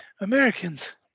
Americans